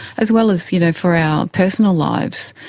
as well as you know for our personal lives.